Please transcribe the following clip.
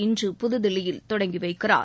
இன்று புதுதில்லியில் தொடங்கி வைக்கிறார்